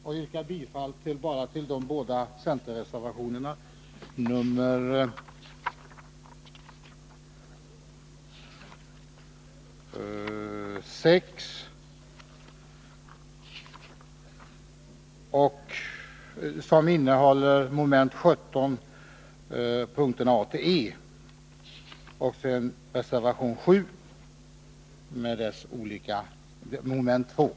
Jag yrkar bara bifall till de båda centerreservationerna nr 6, som berör mom. 17 a—e, och nr 7, som berör mom. 18.